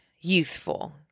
youthful